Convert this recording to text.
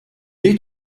est